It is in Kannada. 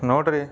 ನೋಡಿರಿ